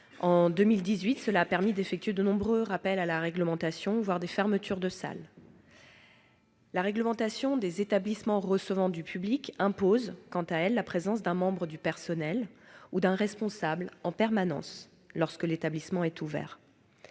En 2018, cette démarche a permis d'effectuer de nombreux rappels à la réglementation, voire de contraindre certaines salles à la fermeture. La réglementation des établissements recevant du public impose, quant à elle, la présence d'un membre du personnel ou d'un responsable en permanence lorsque l'établissement est ouvert.